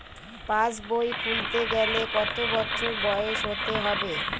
পাশবই খুলতে গেলে কত বছর বয়স হতে হবে?